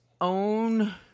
own